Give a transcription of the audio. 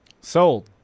Sold